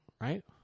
right